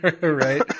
Right